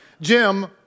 Jim